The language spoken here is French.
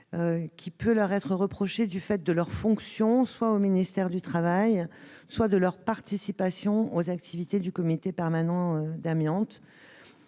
de [leur] être reprochée du fait de [leurs] fonctions au ministère du travail et de [leur] participation aux activités du [comité permanent amiante],